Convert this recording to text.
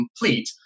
complete